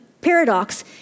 paradox